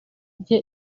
bye